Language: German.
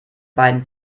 beiden